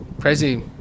Crazy